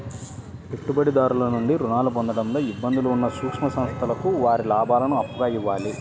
పెట్టుబడిదారుల నుండి రుణాలు పొందడంలో ఇబ్బందులు ఉన్న సూక్ష్మ సంస్థలకు వారి లాభాలను అప్పుగా ఇవ్వాలి